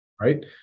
right